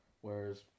whereas